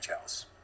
house